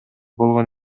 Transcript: болгон